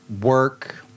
work